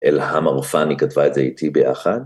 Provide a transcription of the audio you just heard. אלהמה רופאני כתבה את זה איתי ביחד.